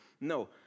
No